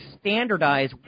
standardize